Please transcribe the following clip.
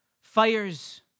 fires